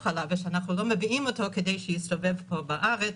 עליו ושאנחנו לא מביאים אותו כדי שיסתובב פה בארץ.